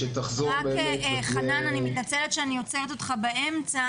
חנן, אני מתנצלת שאני עוצרת אותך באמצע.